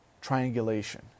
triangulation